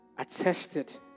Attested